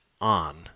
on